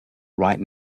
right